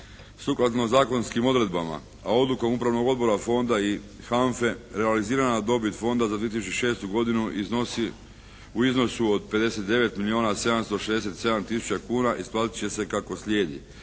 Sukladno zakonskim odredbama a odlukom Upravnog odbora Fonda i HANFA-e realizirana dobit Fonda za 2006. godinu iznosi u iznosu od 59 milijuna 767 tisuća kuna isplatit će se kako slijedi: